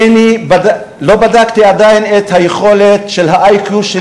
לא בדקתי עדיין את היכולת של ה-IQ,